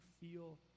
feel